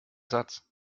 satz